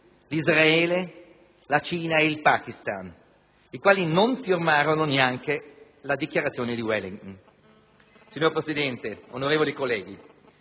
l'Israele, la Cina ed il Pakistan, i quali non firmarono neanche la Dichiarazione di Wellington. Signor Presidente, onorevoli colleghi,